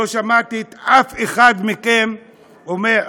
לא שמעתי אף אחד מכם אומר,